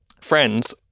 friends